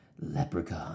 Leprechaun